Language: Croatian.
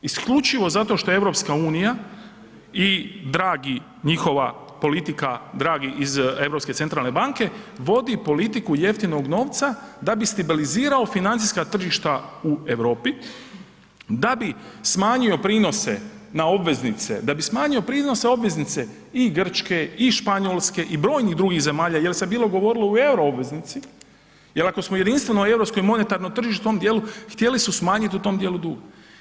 Isključivo zato što EU i dragi njihova politika, dragi iz Europske centralne banke, vodi politiku jeftinog novca, da bi stabilizirao financijska tržišta u Europi, da bi smanjio prinose na obveznice, da bi smanjio prinose obveznice i Grčke i Španjolske i brojnih drugih zemalja jer se bilo govorilo u euro obveznici, jer ako smo jedinstveno europsko i monetarno tržište, htjeli su smanjiti u toj dijelu dug.